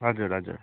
हजुर हजुर